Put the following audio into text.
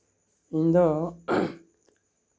ᱤᱧ ᱫᱚ